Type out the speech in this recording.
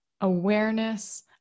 awareness